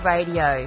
Radio